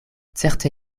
certe